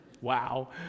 wow